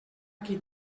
qui